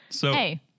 hey